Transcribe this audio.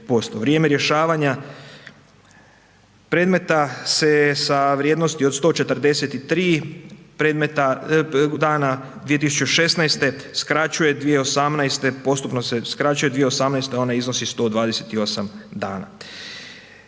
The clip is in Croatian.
Vrijeme rješavanja predmeta se sa vrijednosti od 143 dana 2016., skraćuje 2018. postupno se skraćuje, 2018. ono iznosi 128 dana.